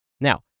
Now